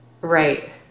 Right